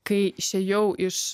kai išėjau iš